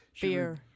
Beer